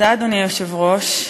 אדוני היושב-ראש,